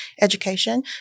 Education